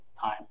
time